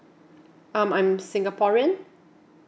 um I'm singaporean